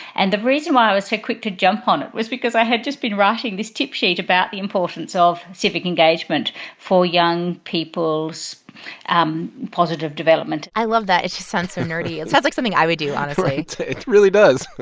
and the reason why i was so quick to jump on it was because i had just been writing this tip sheet about the importance of civic engagement for young people's um positive development i love that. it just sounds so nerdy. it sounds like something i would do, honestly it really does.